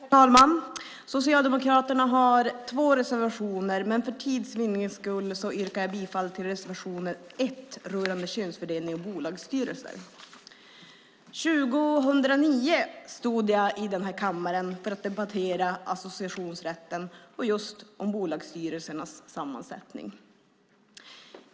Herr talman! Socialdemokraterna har två reservationer, men för att vinna tid yrkar jag bifall till reservation 1 rörande könsfördelning i bolagsstyrelser. År 2009 stod jag i den här kammaren för att debattera associationsrätten och bolagsstyrelsernas sammansättning.